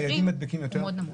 הילדים מדביקים יותר?